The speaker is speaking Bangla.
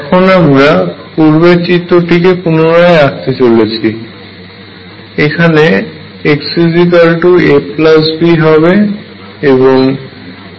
এখন আমরা পূর্বের চিত্রটিকে পুনরায় আঁকতে চলেছি এখানে xab হবে